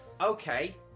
okay